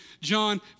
John